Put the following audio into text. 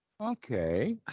Okay